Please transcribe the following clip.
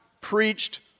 preached